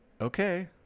Okay